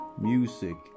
Music